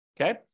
Okay